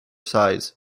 size